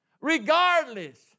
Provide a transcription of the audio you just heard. regardless